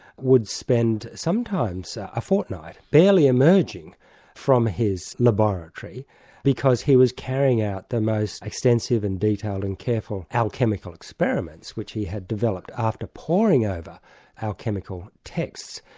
would spend sometimes a fortnight, barely emerging from his laboratory because he was carrying out the most extensive and detailed and careful alchemical experiments, which he had developed after poring over alchemical texts.